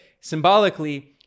symbolically